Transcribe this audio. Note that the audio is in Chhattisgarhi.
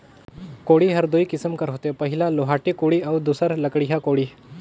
कोड़ी हर दुई किसिम कर होथे पहिला लोहाटी कोड़ी अउ दूसर लकड़िहा कोड़ी